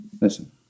listen